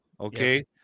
okay